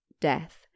death